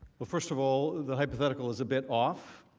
but first of all, the hypothetical is a bit off.